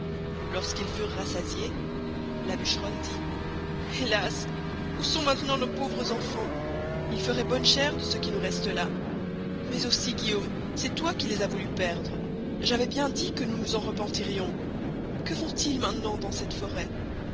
qu'ils furent rassasiez la bucheronne dit helas où sont maintenant nos pauvres enfants ils feroient bonne chere de ce qui nous reste là mais aussi guillaume c'est toy qui les as voulu perdre j'avois bien dit que nous nous en repentirions que font-ils maintenant dans cette forest